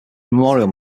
memorial